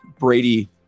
Brady